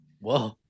Whoa